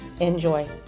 Enjoy